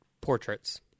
portraits